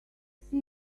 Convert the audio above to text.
see